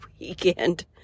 weekend